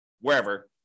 wherever